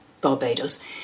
Barbados